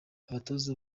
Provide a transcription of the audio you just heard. abatoza